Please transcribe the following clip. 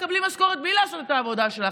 תקבלי משכורת בלי לעשות את העבודה שלך.